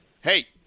Hey